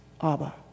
Abba